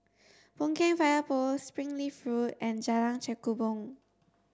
Boon Keng Fire Post Springleaf Road and Jalan Kechubong